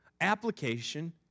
Application